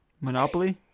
monopoly